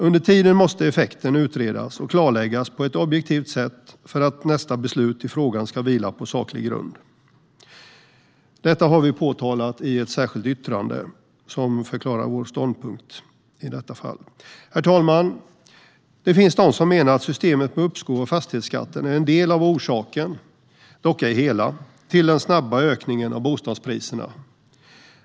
Under tiden måste effekten utredas och klarläggas på ett objektivt sätt för att nästa beslut i frågan ska vila på saklig grund. Detta har vi påtalat i ett särskilt yttrande som förklarar vår ståndpunkt i detta fall. Herr talman! Det finns de som menar att systemet med uppskov av fastighetsskatten är en del av orsaken, dock ej hela, till den snabba ökningen av bostadspriserna.